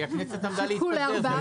כי הכנסת עמדה להתפטר.